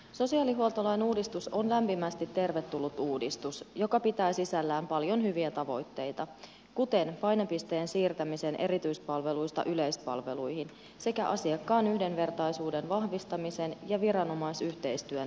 sosiaalihuoltolain uudistus on lämpimästi tervetullut uudistus joka pitää sisällään paljon hyviä tavoitteita kuten painopisteen siirtämisen erityispalveluista yleispalveluihin sekä asiakkaan yhdenvertaisuuden vahvistamisen ja viranomaisyhteistyön tiivistämisen